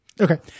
Okay